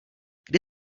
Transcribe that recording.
kdy